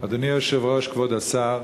אדוני היושב-ראש, כבוד השר,